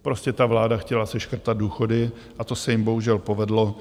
Prostě ta vláda chtěla seškrtat důchody a to se jim bohužel povedlo.